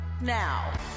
now